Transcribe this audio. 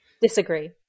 Disagree